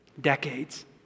Decades